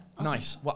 Nice